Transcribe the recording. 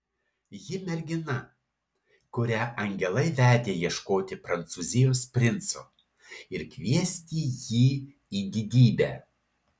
ji mergina kurią angelai vedė ieškoti prancūzijos princo ir kviesti jį į didybę